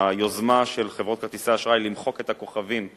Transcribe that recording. ליוזמה של חברות כרטיסי האשראי למחוק את הכוכבים,